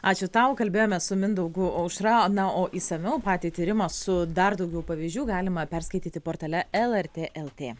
ačiū tau kalbėjome su mindaugu aušra na o išsamiau patį tyrimą su dar daugiau pavyzdžių galima perskaityti portale lrt lt